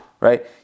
right